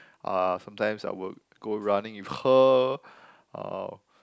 uh sometimes I would go running with her um